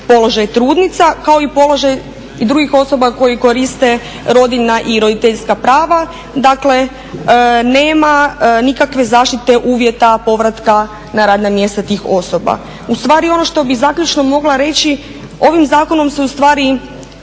položaj trudnica, kao i položaj i drugih osoba koji koriste rodiljna i roditeljska prava, dakle nema nikakve zaštite uvjeta povratka na radna mjesta tih osoba. Ustvari ono što bih zaključno mogla reći, ovim zakonom se ustvari